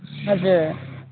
हजुर